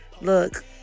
look